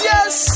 Yes